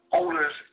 owners